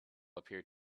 appeared